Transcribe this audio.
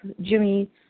Jimmy